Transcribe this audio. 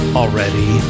already